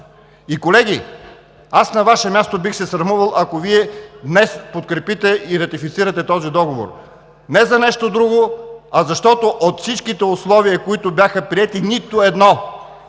И, колеги, аз на Ваше място бих се срамувал, ако Вие днес подкрепите и ратифицирате този договор, не за нещо друго, а защото от всичките условия, които бяха приети, нито едно,